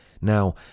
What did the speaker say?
Now